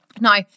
Now